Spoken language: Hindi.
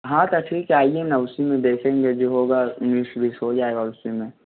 हाँ तो ठीक है आइए न उसी में देखेंगे जो होगा मिक्स विक्स हो जाएगा उसी में